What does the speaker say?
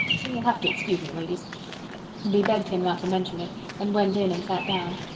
so you'll have to excuse me, ladies we begged him not to mention it and went in and sat down.